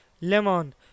lemon